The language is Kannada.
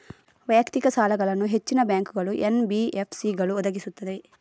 ವೈಯಕ್ತಿಕ ಸಾಲಗಳನ್ನು ಹೆಚ್ಚಿನ ಬ್ಯಾಂಕುಗಳು, ಎನ್.ಬಿ.ಎಫ್.ಸಿಗಳು ಒದಗಿಸುತ್ತವೆ